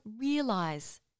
realize